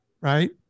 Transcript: right